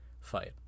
fight